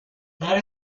that